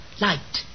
Light